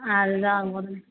அதுதான் உடனே